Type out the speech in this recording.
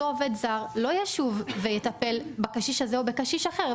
עובד זר לא ישוב ויטפל בקשיש הזה או בקשיש אחר,